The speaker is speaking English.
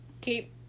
Keep